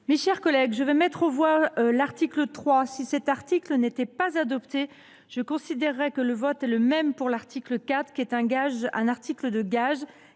Mes chers collègues, je vais mettre aux voix l’article 3. Si cet article n’était pas adopté, je considérerais que le vote est le même pour l’article 4, qui est un article de gage